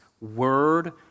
Word